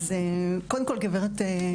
בוקר טוב לכן חברות הכנסת.